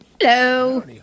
Hello